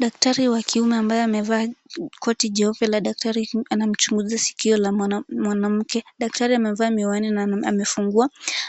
Daktari wa kiume ambaye amevaa koti jeupe la daktari anachunguza sikio la mwanamke, daktari amevaa miwani na